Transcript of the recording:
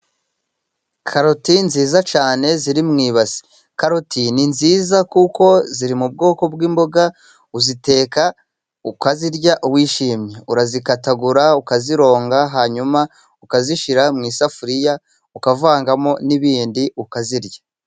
Karoti nziza cyane ziri mu ibasi. Karoti ni nziza kuko ziri mu bwoko bw'imboga uziteka ukazirya wishimye. urazikatagura ukazironga hanyuma ukazishyira mu isafuriya ukavangamo n'ibindi ukazirya.